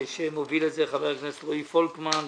שמוביל חבר הכנסת רועי פולקמן,